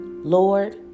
Lord